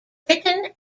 written